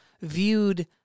viewed